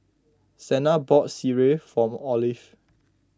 Sena bought Sireh for Olive